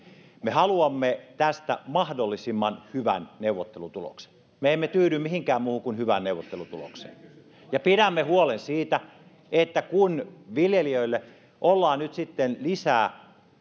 me haluamme tästä mahdollisimman hyvän neuvottelutuloksen me emme tyydy mihinkään muuhun kuin hyvään neuvottelutulokseen ja pidämme huolen siitä että kun viljelijöille ollaan nyt asettamassa lisää